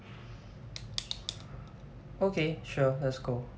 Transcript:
okay sure let's go